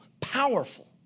powerful